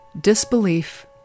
disbelief